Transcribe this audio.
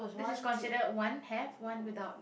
this is considered one have one without